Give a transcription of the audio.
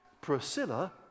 Priscilla